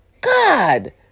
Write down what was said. God